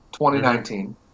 2019